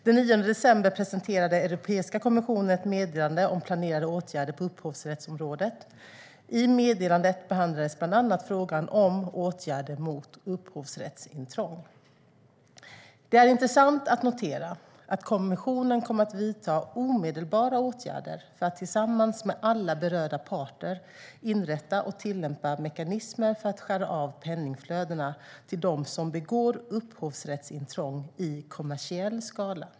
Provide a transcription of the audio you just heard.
Den 9 december presenterade Europeiska kommissionen ett meddelande om planerade åtgärder på upphovsrättsområdet. I meddelandet behandlades bland annat frågan om åtgärder mot upphovsrättsintrång. Det är intressant att notera att kommissionen kommer att vidta omedelbara åtgärder för att tillsammans med alla berörda parter inrätta och tillämpa mekanismer för att skära av penningflödena till dem som begår upphovsrättsintrång i kommersiell skala.